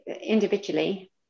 individually